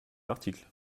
article